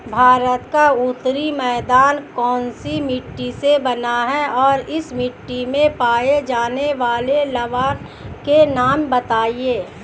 भारत का उत्तरी मैदान कौनसी मिट्टी से बना है और इस मिट्टी में पाए जाने वाले लवण के नाम बताइए?